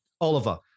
Oliver